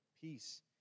peace